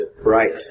Right